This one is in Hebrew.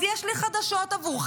אז יש לי חדשות בעבורכם: